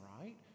right